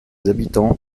habitants